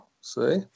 See